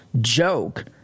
joke